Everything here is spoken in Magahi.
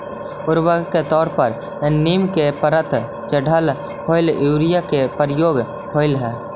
उर्वरक के तौर पर नीम के परत चढ़ल होल यूरिया के प्रयोग होवऽ हई